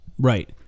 Right